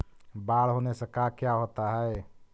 बाढ़ होने से का क्या होता है?